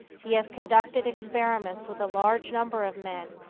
he has conducted experiments with a large number of men,